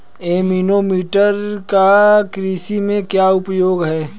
Anemometer का कृषि में क्या उपयोग है?